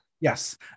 Yes